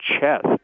chest